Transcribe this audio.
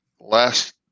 last